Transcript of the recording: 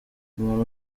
umuntu